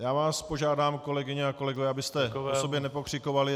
Já vás požádám, kolegyně a kolegové, abyste po sobě nepokřikovali.